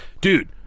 dude